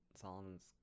Solomon's